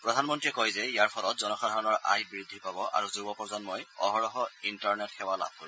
প্ৰধানমন্ত্ৰীয়ে কয় যে ইয়াৰ ফলত জনসাধাৰণৰ আয় বৃদ্ধি পাব আৰু যুব প্ৰজন্মই অহৰহ ইণ্টাৰনেট সেৱা লাভ কৰিব